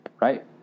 right